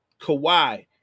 Kawhi